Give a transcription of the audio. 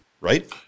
right